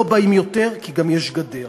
לא באים יותר כי גם יש גדר.